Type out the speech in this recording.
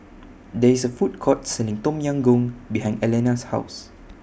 There IS A Food Court Selling Tom Yam Goong behind Elana's House